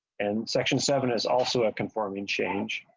and section seven is also confirming change.